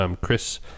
Chris